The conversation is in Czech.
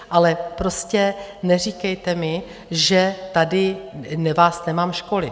Ale prostě neříkejte mi, že tady vás nemám školit.